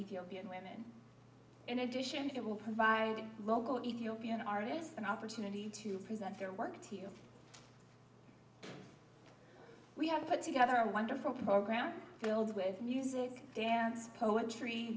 ethiopian women in addition it will provide local ethiopian artists an opportunity to present their work here we have put together a wonderful program filled with music dance poetry